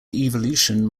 evolution